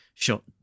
Shot